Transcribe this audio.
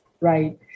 right